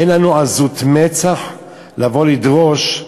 אין לנו עזות מצח לבוא לדרוש,